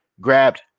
grabbed